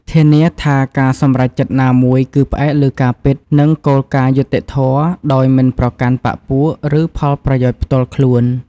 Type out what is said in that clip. ធានាថាការសម្រេចចិត្តណាមួយគឺផ្អែកលើការពិត និងគោលការណ៍យុត្តិធម៌ ដោយមិនប្រកាន់បក្ខពួក ឬផលប្រយោជន៍ផ្ទាល់ខ្លួន។